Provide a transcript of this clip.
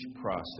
process